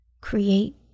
create